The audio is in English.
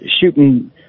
shooting